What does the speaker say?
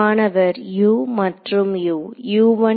மாணவர் U மற்றும் U